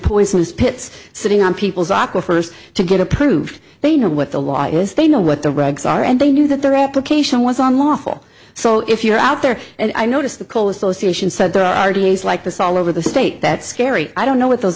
pits sitting on people's aco first to get approved they know what the law is they know what the regs are and they knew that their application was unlawful so if you're out there and i notice the call association said there are days like this all over the state that's scary i don't know what those